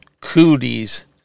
cooties